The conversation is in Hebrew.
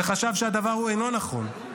וחשב שהדבר הוא אינו נכון.